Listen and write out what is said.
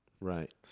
Right